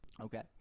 Okay